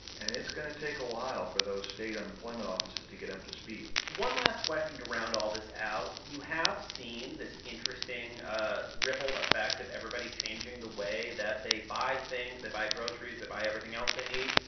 and it's going to take a while for those state unemployment offices to get up to speed one last question to round all this out you have seen this interesting ah ripple effect of everybody changing the way that they buy things, they buy groceries, they buy everything else they need.